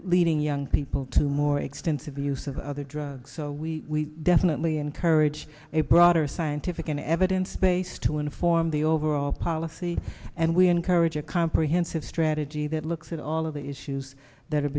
leading young people to more extensive use of other drugs so we definitely encourage a broader scientific and evidence based to inform the overall policy and we encourage a comprehensive strategy that looks at all of the issues that